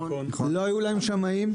לא היו להם שמאים,